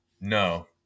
No